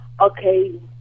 Okay